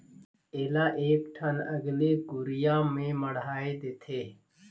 एला एकठन अलगे कुरिया में मढ़ाए देथे